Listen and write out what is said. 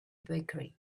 bakery